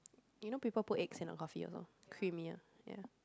you know people put eggs in a coffee also creamier ya